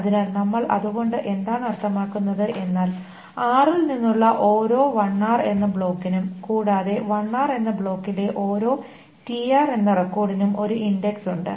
അതിനാൽ നമ്മൾ അതുകൊണ്ട് എന്താണ് അർത്ഥമാക്കുന്നത് എന്നാൽ r ൽ നിന്നുള്ള ഓരോ lr എന്ന ബ്ലോക്കിനും കൂടാതെ lr എന്ന ബ്ലോക്കിലെ ഓരോ tr എന്ന റെക്കോർഡിനും ഒരു ഇൻഡക്സ് ഉണ്ട്